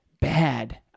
bad